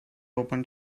open